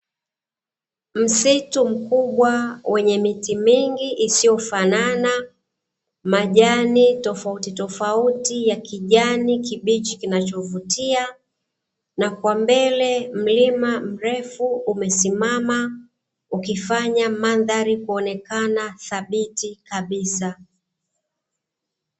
Msitu mkubwa wenye miti mingi isiyofanana, majani tofautitofauti ya kijani kibichi kinachovutia. Na kwa mbele mlima mrefu umesimama, ukifanya mandhari kuonekana thabiti kabisa.